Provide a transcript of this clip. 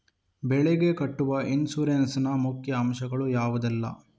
ಬೆಳೆಗೆ ಕಟ್ಟುವ ಇನ್ಸೂರೆನ್ಸ್ ನ ಮುಖ್ಯ ಅಂಶ ಗಳು ಯಾವುದೆಲ್ಲ?